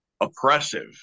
oppressive